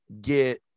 get